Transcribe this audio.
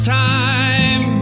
time